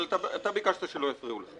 והדברים שלך באמת באו מהלב,